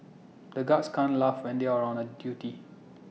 the guards can't laugh when they are on duty